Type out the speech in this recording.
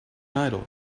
idol